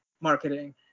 marketing